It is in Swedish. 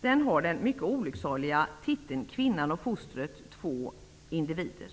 som har den mycket olycksaliga titeln Kvinnan och fostret två individer.